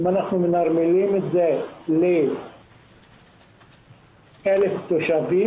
אם אנחנו מנרמלים את זה ל-1,000 תושבים,